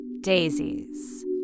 Daisies